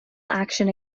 action